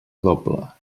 doble